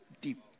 deep